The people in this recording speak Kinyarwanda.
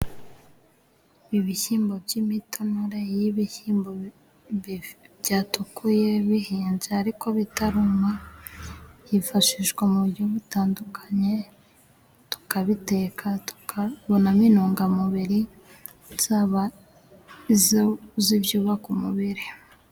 Ibishyimbo by'imitonore, iyo ibishyimbo byatukuye, bihinze ariko bitaruma, byifashishwa mu buryo butandukanye, tukabiteka tukabonamo intungamubiri, zaba iz'ibyubaka umubiri.